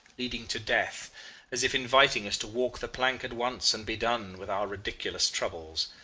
leading to death as if inviting us to walk the plank at once and be done with our ridiculous troubles.